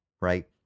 right